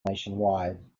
nationwide